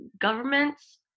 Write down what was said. governments